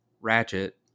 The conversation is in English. ratchet